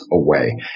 away